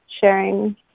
sharing